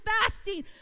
fasting